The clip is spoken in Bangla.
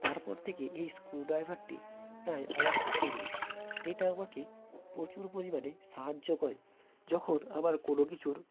তারপর থেকে এই স্ক্রু ড্রাইভারটি প্রায় আমার সাথেই রয়েছে এটা আমাকে প্রচুর পরিমাণে সাহায্য করে যখন আমার কোনো কিছুর